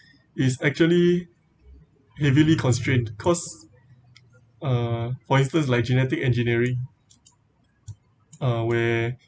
it's actually heavily constrained cause uh for instance like genetic engineering uh where